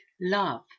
love